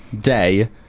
day